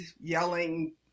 yelling